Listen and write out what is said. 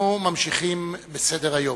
אנחנו ממשיכים בסדר-היום.